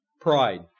Pride